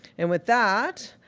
and with that,